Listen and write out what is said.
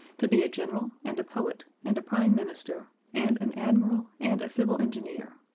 to be a general and a poet and a prime minister and an admiral and a civil engineer.